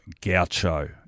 Gaucho